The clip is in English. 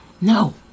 No